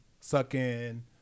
sucking